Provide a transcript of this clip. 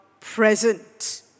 present